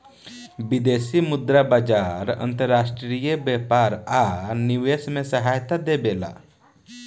विदेशी मुद्रा बाजार अंतर्राष्ट्रीय व्यापार आ निवेश में सहायता देबेला